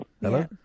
Hello